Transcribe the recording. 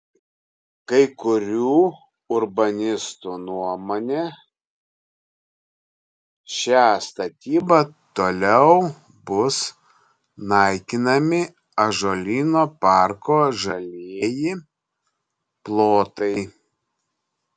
kai kurių urbanistų nuomone šia statyba toliau bus naikinami ąžuolyno parko žalieji plotai